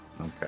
Okay